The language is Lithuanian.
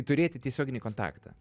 turėti tiesioginį kontaktą